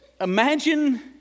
Imagine